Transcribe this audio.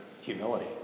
humility